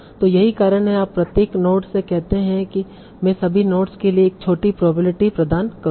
तो यही कारण है कि आप प्रत्येक नोड से कहते हैं कि मैं सभी नोड्स के लिए एक छोटी प्रोबेबिलिटी प्रदान करूंगा